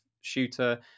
shooter